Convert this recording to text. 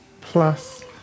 plus